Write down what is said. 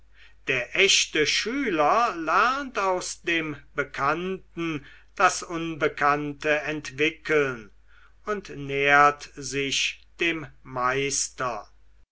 der echte schüler lernt aus dem bekannten das unbekannte entwickeln und nähert sich dem meister